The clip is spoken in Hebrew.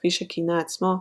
ה"רייכספיהרר", כפי שכינה עצמו,